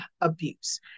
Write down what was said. abuse